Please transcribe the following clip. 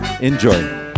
Enjoy